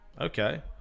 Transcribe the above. okay